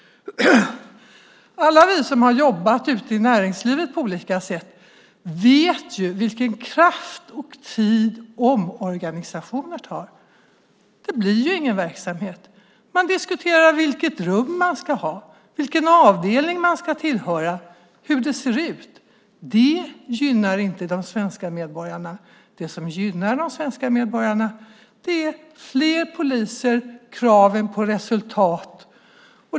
Alla vi som har jobbat ute i näringslivet på olika sätt vet vilken kraft och tid som omorganisationer tar. Det blir ingen verksamhet. Man diskuterar vilket rum som man ska ha, vilken avdelning som man ska tillhöra och hur det ser ut. Det gynnar inte de svenska medborgarna. Det som gynnar de svenska medborgarna är fler poliser och kraven på resultat.